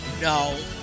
no